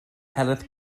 heledd